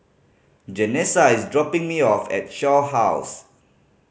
Janessa is dropping me off at Shaw House